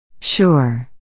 Sure